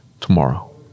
tomorrow